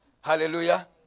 Hallelujah